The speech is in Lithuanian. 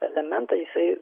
elementą jisai